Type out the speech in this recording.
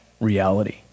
reality